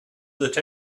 that